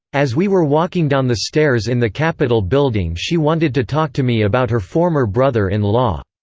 as we were walking down the stairs in the capitol building she wanted to talk to me about her former brother-in-law,